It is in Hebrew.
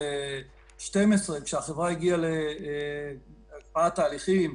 כשהחברה הגיעה להקפאת תהליכים,